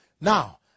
Now